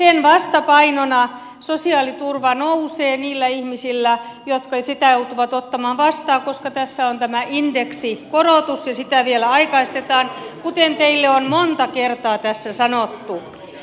sen vastapainona sosiaaliturva nousee niillä ihmisillä jotka sitä joutuvat ottamaan vastaan koska tässä on tämä indeksikorotus ja sitä vielä aikaistetaan kuten teille on monta kertaa tässä sanottu